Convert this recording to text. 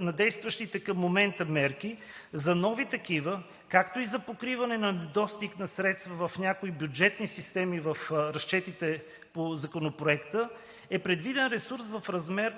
на действащите към момента мерки, за нови такива, както и за покриване на недостиг на средства в някои бюджетни системи в разчетите по Законопроекта е предвиден ресурс в размер